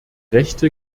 rechte